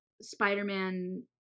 Spider-Man